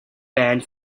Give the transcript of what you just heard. band